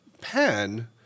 pen